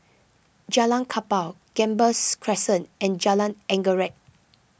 Jalan Kapal Gambas Crescent and Jalan Anggerek